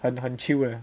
很很 chill 的